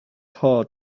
hard